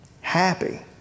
happy